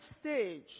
stage